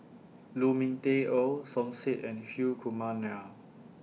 Lu Ming Teh Earl Som Said and Hri Kumar Nair